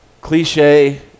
Cliche